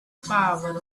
power